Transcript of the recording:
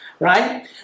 Right